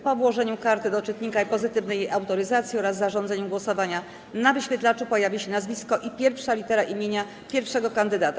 Po włożeniu karty do czytnika i pozytywnej jej autoryzacji oraz zarządzeniu głosowania na wyświetlaczu pojawi się nazwisko i pierwsza litera imienia pierwszego kandydata.